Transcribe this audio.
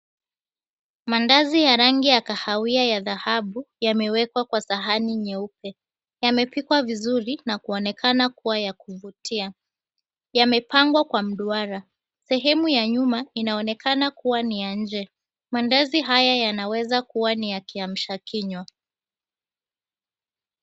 Mandazi ya rangi ya kahawia ya dhahabu, yamewekwa kwa sahani nyeupe, yamepikwa vizuri na kuonekana kuwa ya kuvutia, yamepangwa kwa mduara, sehemu ya nyuma inaonekana kuwa ni ya nje, mandazi haya yanaweza kuwa ni ya kiamsha kinywa.